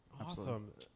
Awesome